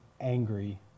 angry